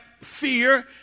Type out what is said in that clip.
fear